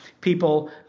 people